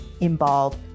involved